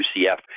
UCF